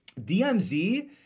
DMZ